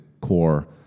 core